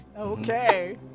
Okay